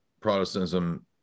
Protestantism